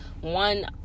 one